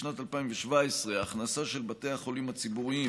בשנת 2017 ההכנסה של בתי החולים הציבוריים